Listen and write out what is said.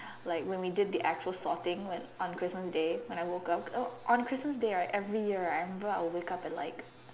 like when we did the actual sorting on Christmas day when I woke up oh on Christmas day right every year right I remember I will wake up at like